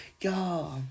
Y'all